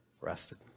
rested